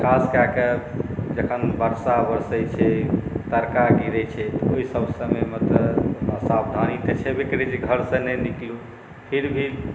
खास कऽ कऽ जखन वर्षा बरसै छै तड़का गिरै छै ओहिसब समयमे तऽ सावधानी तऽ छेबे करै जे घरसँ नहि निकलू फेर भी